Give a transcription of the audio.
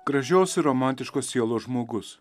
gražios ir romantiškos sielos žmogus